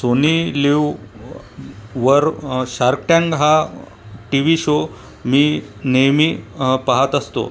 Sony लिववर shark tank हा T V show मी नेहमी पहात असतो